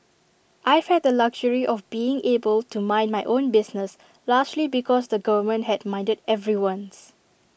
I've had the luxury of being able to mind my own business largely because the government had minded everyone's